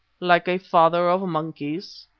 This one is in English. like a father of monkeys.